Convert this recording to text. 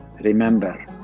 Remember